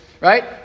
Right